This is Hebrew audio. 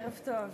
ערב טוב.